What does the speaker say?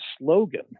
slogan